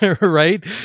right